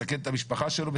מסכן את המשפחה שלו,